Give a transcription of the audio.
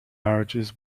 marriages